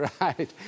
Right